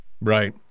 Right